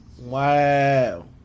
Wow